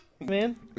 Man